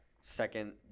second